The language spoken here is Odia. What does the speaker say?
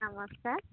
ନମସ୍କାର